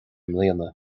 mbliana